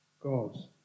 gods